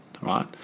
right